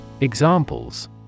Examples